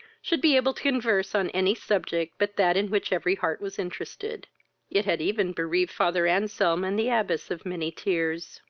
should be able to converse on any subject but that in which every heart was interested it had even bereaved father anselm and the abbess of many tears.